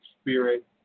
spirit